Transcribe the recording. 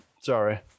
Sorry